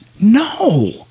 No